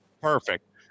perfect